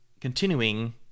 continuing